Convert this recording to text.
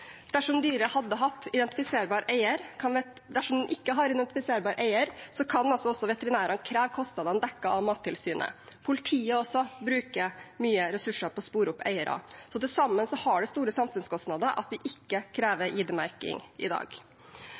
Dersom dyret ikke har en identifiserbar eier, kan veterinærene kreve kostnadene dekket av Mattilsynet. Politiet bruker også mye ressurser på å spore opp eiere, så til sammen har det store samfunnskostnader at vi ikke krever ID-merking i dag.